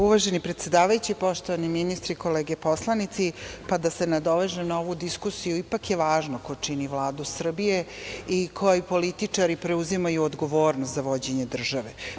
Uvaženi predsedavajući, poštovani ministri, kolege poslanici, da se nadovežem na ovu diskusiju, ipak je važno ko čini Vladu Srbije i koji političari preuzimaju odgovornost za vođenje države.